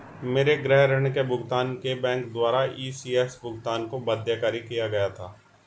मेरे गृह ऋण के भुगतान के लिए बैंक द्वारा इ.सी.एस भुगतान को बाध्यकारी किया गया था